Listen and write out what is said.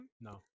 No